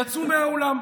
יצאו מהאולם.